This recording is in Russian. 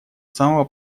самого